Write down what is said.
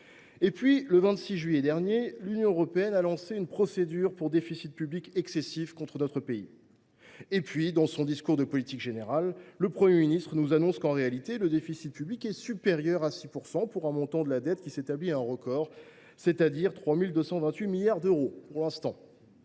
Et puis, le 26 juillet dernier, l’Union européenne a lancé une procédure pour déficit public excessif contre notre pays. Et puis, dans son discours de politique générale, le Premier ministre nous annonce qu’en réalité, le déficit public est supérieur à 6 %, pour un montant de dette record à 3 228 milliards d’euros – pour l’instant.